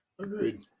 Agreed